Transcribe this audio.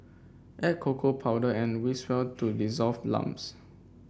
add cocoa powder and whisk well to dissolve lumps